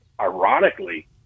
ironically